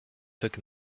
took